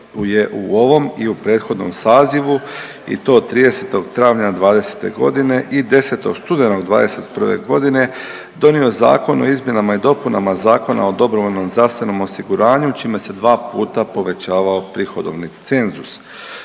u ovom i u prethodnom sazivu i to 30. travnja '20.g. i 10. studenog '21.g. donio Zakon o izmjenama i dopunama Zakona o dobrovoljnom zdravstvenom osiguranju čime se dva puta povećavao prihodovni cenzus